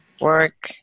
work